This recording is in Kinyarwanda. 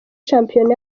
shampiyona